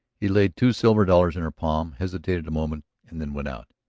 he laid two silver dollars in her palm, hesitated a moment and then went out.